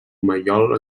mallol